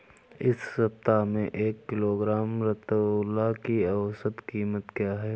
इस सप्ताह में एक किलोग्राम रतालू की औसत कीमत क्या है?